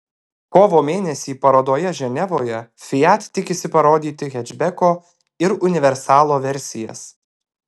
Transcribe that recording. kovo mėnesį parodoje ženevoje fiat tikisi parodyti hečbeko ir universalo versijas